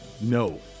no